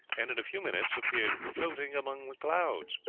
and in a few minutes appeared floating among the clouds.